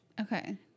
Okay